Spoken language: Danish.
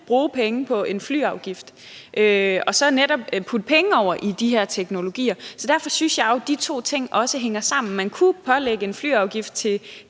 bruge penge på en flyafgift og netop putte penge over i de her teknologier. Så derfor synes jeg jo, at de to ting også hænger sammen. Man kunne pålægge en flyafgift til